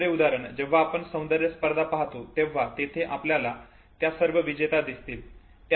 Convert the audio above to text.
दुसरे उदाहरण जेव्हा आपण सौंदर्य स्पर्धा पाहतो तेव्हा तिथे आपल्याला त्या सर्व विजेत्या दिसतील